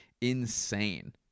insane